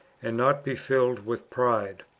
and not be filled with pride.